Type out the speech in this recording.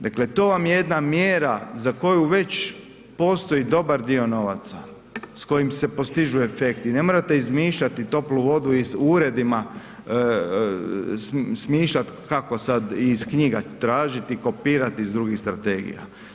Dakle, to vam je jedna mjera za koju već postoji dobar dio novaca, s kojim se postižu efekti i ne morate izmišljati toplu vodu iz, u uredima smišljati kako sad i iz knjiga tražiti i kopirati iz drugih strategija.